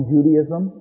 Judaism